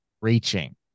reaching